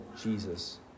Jesus